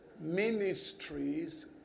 ministries